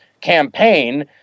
campaign